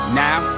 now